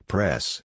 Press